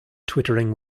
twittering